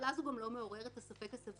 אבל אז הוא גם לא מעורר את הספק הסביר,